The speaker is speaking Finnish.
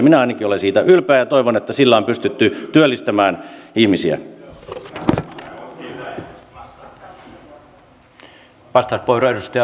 minä ainakin olen siitä ylpeä ja toivon että sillä on pystytty työllistämään ihmisiä